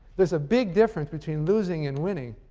there's a big difference between losing and winning,